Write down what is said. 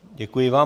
Děkuji vám.